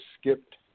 skipped